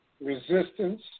resistance